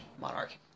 monarch